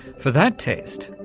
for that test,